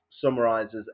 summarizes